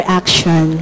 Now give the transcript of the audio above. action